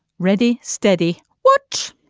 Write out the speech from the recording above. ready steady. what